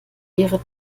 ihre